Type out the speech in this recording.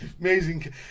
Amazing